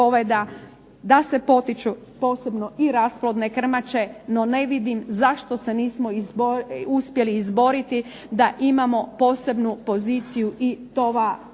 da se potiču posebno i rasplodne krmače. No, ne vidim zašto se nismo uspjeli izboriti da imamo posebnu poziciju i tova